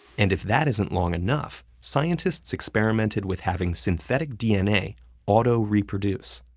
and if that isn't long enough, scientists experimented with having synthetic dna auto-reproduce.